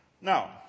Now